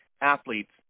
athletes